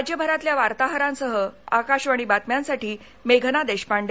राज्यभरातल्या वार्ताहरांसह आकाशवाणी बातम्यांसाठी मेघना देशपांडे